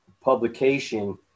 publication